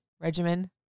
regimen